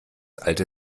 alte